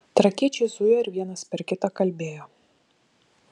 trakiečiai zujo ir vienas per kitą kalbėjo